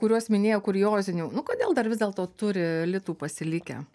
kuriuos minėjo kuriozinių nu kodėl dar vis dėlto turi litų pasilikę